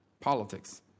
politics